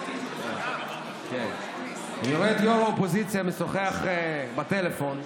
אני רואה את ראש האופוזיציה משוחח בטלפון.